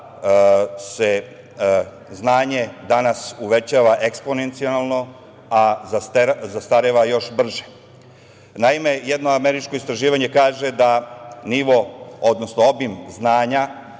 se znanje danas uvećava eksponencijalno, a zastareva još brže. Jedno američko istraživanje kaže da nivo, odnosno obim znanja